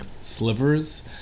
slivers